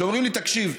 שאומרים לי: תקשיב,